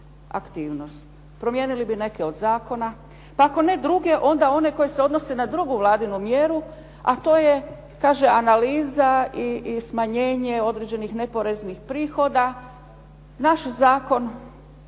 Promijenili bi neke od zakona, pa ako ne druge onda one koji se odnose na drugu Vladinu mjeru, a to je kaže analiza i smanjenje određenih neporeznih prihoda, naš zakon